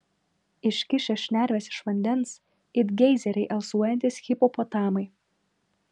iškišę šnerves iš vandens it geizeriai alsuojantys hipopotamai